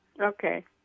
Okay